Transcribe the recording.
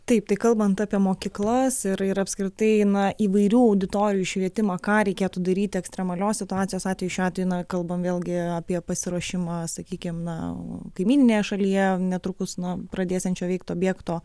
taip tai kalbant apie mokyklas ir ir apskritai na įvairių auditorijų švietimą ką reikėtų daryti ekstremalios situacijos atveju šiuo atveju na kalbam vėlgi apie pasiruošimą sakykim na kaimyninėje šalyje netrukus na pradėsiančio veikt objekto